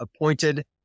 appointed